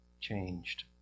changed